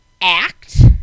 act